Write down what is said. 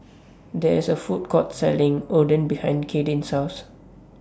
There IS A Food Court Selling Oden behind Kadyn's House